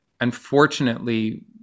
unfortunately